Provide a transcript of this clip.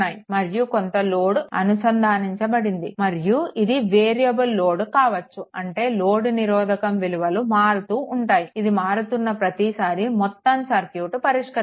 మరియు కొంత లోడ్ అనుసంధానించబడింది మరియు ఇది వేరియబుల్ లోడ్ కావచ్చు అంటే ఈ లోడ్ నిరోధకం విలువలు మారుతూ ఉంటాయి ఇది మారుతున్న ప్రతిసారీ మొత్తం సర్క్యూట్ పరిష్కరించాలి